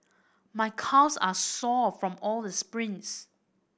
my calves are sore from all the sprints